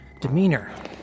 demeanor